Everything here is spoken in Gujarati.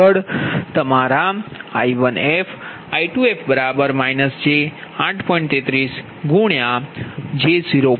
આગળ તમારા I1fI2f j8